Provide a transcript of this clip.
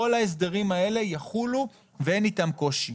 כל ההסדרים האלה יחולו ואין איתם קושי.